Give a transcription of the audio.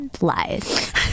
lies